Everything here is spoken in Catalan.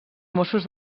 mossos